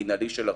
יש פה כנסת.